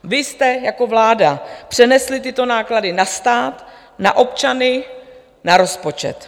Vy jste jako vláda přenesli tyto náklady na stát, na občany, na rozpočet.